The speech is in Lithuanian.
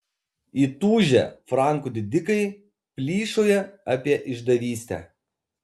įtūžę frankų didikai plyšauja apie išdavystę